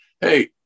Hey